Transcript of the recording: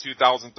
2013